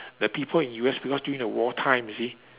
the people in U_S because during the wartime you see